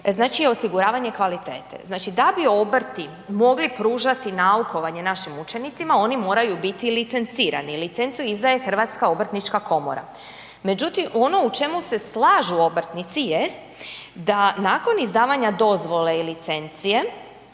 znači osiguravanje kvalitete. Da bi obrti mogli pružati naukovanje našim učenicima, oni moraju biti licencirani. Licencu izdaje HOK. Međutim, ono u čemu se slažu obrtnici jest da nakon izdavanja dozvole i licencije